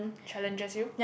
challenges you